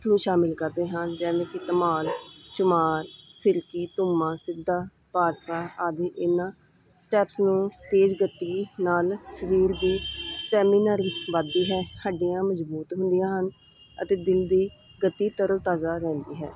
ਨੂੰ ਸ਼ਾਮਿਲ ਕਰਦੇ ਹਾਂ ਜਿਵੇਂ ਕਿ ਧਮਾਲ ਚਮਾਰ ਫਿਰਕੀ ਧੁੱਮਾ ਸਿੱਧਾ ਪਾਰਸਾ ਆਦਿ ਇਨ੍ਹਾਂ ਸਟੈਂਸ ਨੂੰ ਤੇਜ਼ ਗਤੀ ਨਾਲ ਸਰੀਰ ਦੀ ਸਟੈਮੀਨਰੀ ਵੱਧਦੀ ਹੈ ਹੱਡੀਆਂ ਮਜ਼ਬੂਤ ਹੁੰਦੀਆਂ ਹਨ ਅਤੇ ਦਿਲ ਦੀ ਗਤੀ ਤਰੋ ਤਾਜ਼ਾ ਰਹਿੰਦੀ ਹੈ